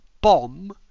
bomb